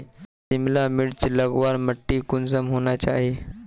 सिमला मिर्चान लगवार माटी कुंसम होना चही?